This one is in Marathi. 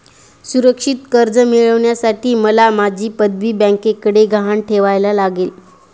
सुरक्षित कर्ज मिळवण्यासाठी मला माझी पदवी बँकेकडे गहाण ठेवायला लागेल